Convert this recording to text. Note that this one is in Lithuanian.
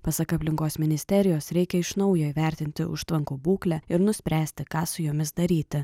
pasak aplinkos ministerijos reikia iš naujo įvertinti užtvankų būklę ir nuspręsti ką su jomis daryti